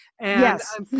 Yes